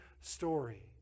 story